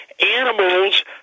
animals